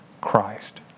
Christ